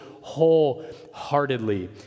wholeheartedly